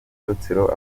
rutsiro